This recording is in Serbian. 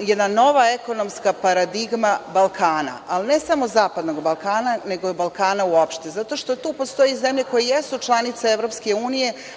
jedna nova ekonomska paradigma Balkana, ali ne samo zapadnog Balkana, nego Balkana uopšte, zato što tu postoje zemlje koje jesu članice EU,